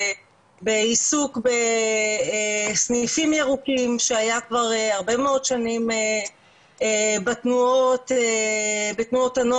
בעיסוק בסניפים ירוקים שהיה כבר הרבה מאוד שנים בתנועות הנוער,